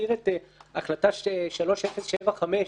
הזכיר את החלטה 3075,